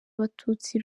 abatutsi